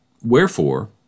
Wherefore